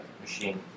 machine